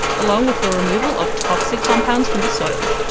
along with the removal of toxic compounds from the soil.